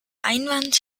einwand